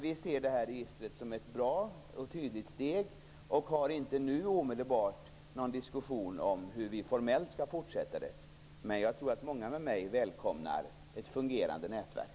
Vi ser det här registret som ett bra och tydligt steg. Vi för inte nu någon diskussion om hur vi formellt skall fortsätta arbetet, men jag tror att många med mig välkomnar ett fungerande nätverk.